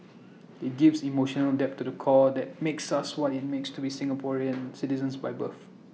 IT gives emotional depth to the core that makes us what IT means to be Singaporean citizens by birth